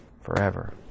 forever